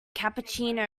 cappuccino